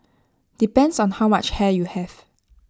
depends on how much hair you have